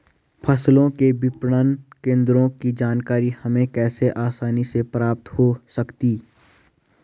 फसलों के विपणन केंद्रों की जानकारी हमें कैसे आसानी से प्राप्त हो सकती?